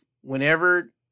whenever